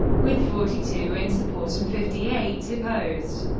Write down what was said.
with forty two in support and fifty eight opposed.